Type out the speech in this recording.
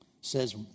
Says